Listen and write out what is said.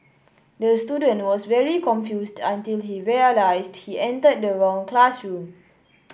the student was very confused until he realised he entered the wrong classroom